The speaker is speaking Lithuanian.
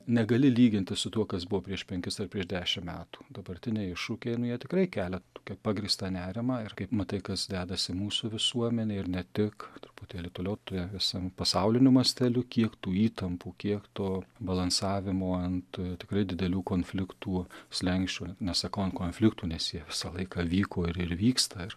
negali lygintis su tuo kas buvo prieš penkis ar prieš dešim metų dabartiniai iššūkiai nu jie tikrai kelia tokį pagrįstą nerimą ir kaip matai kas dedasi mūsų visuomenėj ir ne tik truputėlį toliau tu visam pasauliniu masteliu kiek tų įtampų kiek to balansavimo ant tikrai didelių konfliktų slenksčio net nesakau ant konfliktų nes jie visą laiką vyko ir ir vyksta ir